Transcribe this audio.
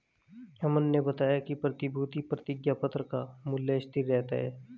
अमन ने बताया कि प्रतिभूति प्रतिज्ञापत्र का मूल्य स्थिर रहता है